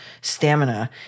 stamina